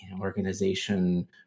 organization